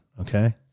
Okay